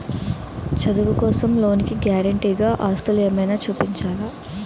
చదువు కోసం లోన్ కి గారంటే గా ఆస్తులు ఏమైనా చూపించాలా?